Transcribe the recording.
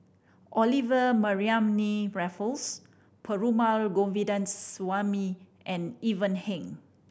Olivia Mariamne Raffles Perumal Govindaswamy and Ivan Heng